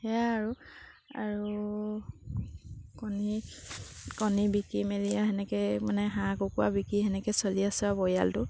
সেয়াই আৰু আৰু কণী কণী বিকি মেলি আৰু সেনেকৈ মানে হাঁহ কুকুৰা বিকি সেনেকৈ চলি আছোঁ আৰু পৰিয়ালটো